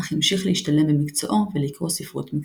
אך המשיך להשתלם במקצועו ולקרוא ספרות מקצועית.